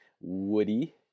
woody